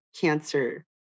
cancer